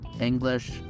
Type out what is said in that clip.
English